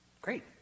Great